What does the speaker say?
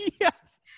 Yes